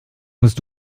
musst